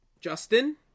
Justin